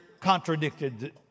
contradicted